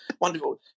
Wonderful